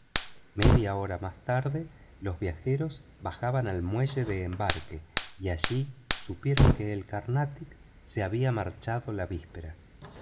media hora más tarde los viajeros bajaban al muelle de embarque y allí supieron que el carnatic se había marchado la vispera